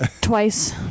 twice